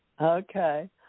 Okay